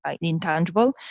intangible